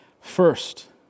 First